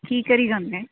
ਕੀ ਕਰੀ ਜਾਂਦੇ